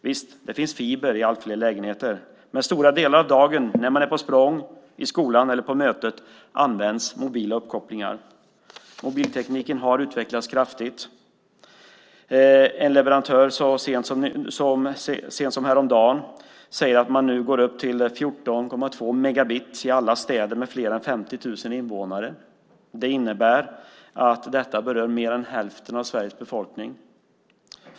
Visst, det finns fiber i allt fler lägenheter, men stora delar av dagen när man är på språng, i skolan eller på möte används mobila uppkopplingar. Mobiltekniken har utvecklats kraftigt. En leverantör sade så sent som häromdagen att man nu går upp till 14,2 megabit i alla städer med fler än 50 000 invånare. Det innebär att detta berör mer än hälften av Sveriges befolkning.